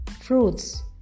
fruits